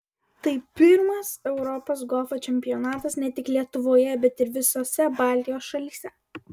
tai pirmas europos golfo čempionatas ne tik lietuvoje bet ir visose baltijos šalyse